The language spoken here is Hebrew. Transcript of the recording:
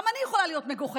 גם אני יכולה להיות מגוחכת.